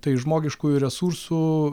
tai žmogiškųjų resursų